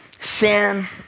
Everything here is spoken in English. Sin